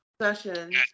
session